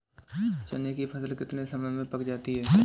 चने की फसल कितने समय में पक जाती है?